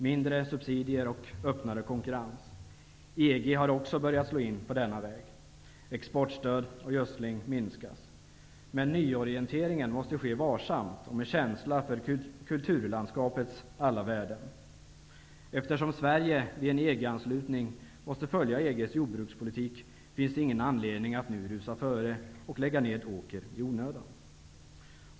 Mindre subsidier och öppnare konkurrens. EG har också börjat slå in på denna väg. Exportstöd och gödsling minskas. Men nyorienteringen måste ske varsamt och med känsla för kulturlandskapets alla värden. Eftersom Sverige vid en EG-anslutning måste följa EG:s jordbrukspolitik, finns det ingen anledning att nu rusa före och lägga ned åker i onödan.''